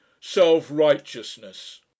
self-righteousness